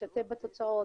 לשתף בתוצאות,